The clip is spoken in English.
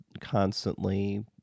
constantly